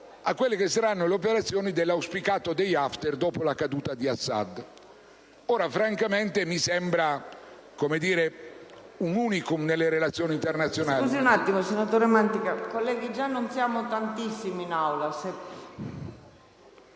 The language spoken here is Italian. a quelle che saranno le operazioni dell'auspicato *day after* dopo la caduta di Assad. Ora, francamente questo mi sembra un *unicum* nelle relazioni internazionali.